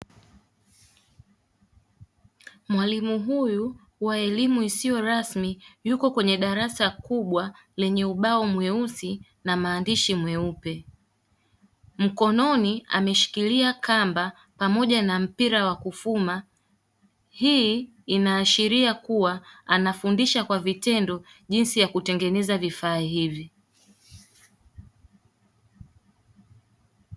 Mwalimu huyu wa elimu isiyo rasmi yuko kwenye darasa kubwa lenye ubao mweusi na maandishi meupe, mkononi ameshikilia kamba pamoja na mpira wa kufuma, hii inaashiria kuwa anafundisha kwa vitendo jinsi ya kutengeneza vifaa hivi.